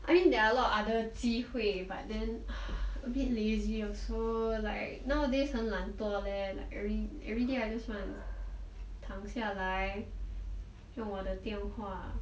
I mean there are a lot of other 机会 but then a bit lazy also like nowadays 很懒惰 leh like every everyday I just want to 躺下来用我的电话